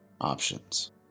Options